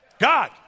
God